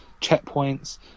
checkpoints